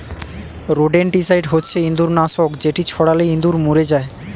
rodenticide হচ্ছে ইঁদুর নাশক যেটি ছড়ালে ইঁদুর মরে যায়